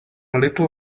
little